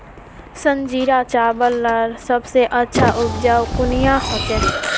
संजीरा चावल लार सबसे अच्छा उपजाऊ कुनियाँ होचए?